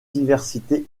diversité